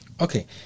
Okay